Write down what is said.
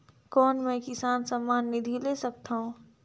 कौन मै किसान सम्मान निधि ले सकथौं?